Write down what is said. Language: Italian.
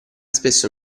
spesso